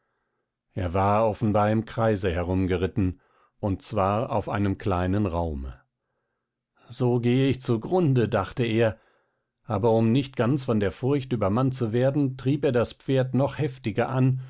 er war offenbar im kreise herumgeritten und zwar auf einem kleinen raume so gehe ich zugrunde dachte er aber um nicht ganz von der furcht übermannt zu werden trieb er das pferd noch heftiger an